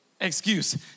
excuse